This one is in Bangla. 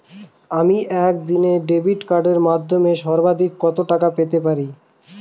আমি একদিনে ডেবিট কার্ডের মাধ্যমে সর্বাধিক কত টাকা পেতে পারি?